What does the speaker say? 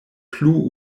plu